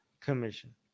commission